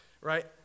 right